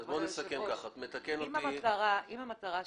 אם המטרה שלך,